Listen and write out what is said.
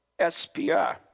SPR